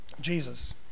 Jesus